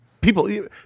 people